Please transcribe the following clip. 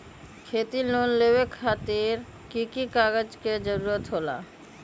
खेती लोन लेबे खातिर की की कागजात के जरूरत होला?